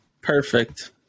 Perfect